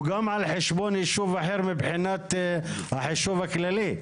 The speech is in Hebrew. גם על חשבון יישוב אחר מבחינת החישוב הכללי.